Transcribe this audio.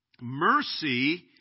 Mercy